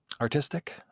artistic